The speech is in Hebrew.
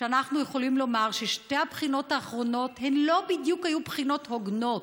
שאנחנו יכולים לומר ששתי הבחינות האחרונות לא היו בדיוק בחינות הוגנות.